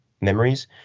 memories